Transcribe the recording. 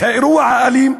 את האירוע האלים,